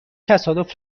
تصادف